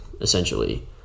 essentially